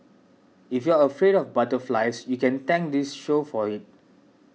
if you're afraid of butterflies you can thank this show for it